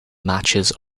matches